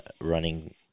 running